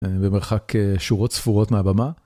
במרחק שורות ספורות מהבמה.